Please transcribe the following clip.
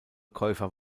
käufer